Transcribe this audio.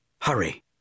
Hurry